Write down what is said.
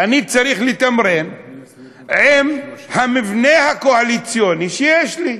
צריך לתמרן עם המבנה הקואליציוני שיש לי?